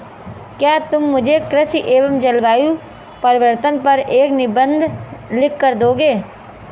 क्या तुम मुझे कृषि एवं जलवायु परिवर्तन पर एक निबंध लिखकर दोगे?